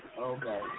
Okay